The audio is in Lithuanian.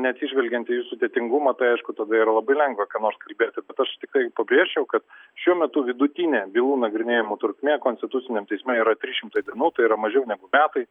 neatsižvelgiant į sudėtingumą tai aišku tada yra labai lengva ką nors kalbėti aš tiktai pabrėžčiau kad šiuo metu vidutinė bylų nagrinėjimo trukmė konstituciniam teisme yra trys šimtai dienų tai yra mažiau negu metai